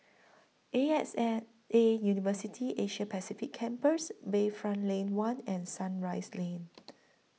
A X and A University Asia Pacific Campus Bayfront Lane one and Sunrise Lane